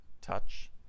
touch